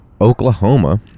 oklahoma